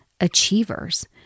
achievers